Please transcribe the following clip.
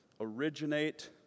originate